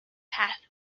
path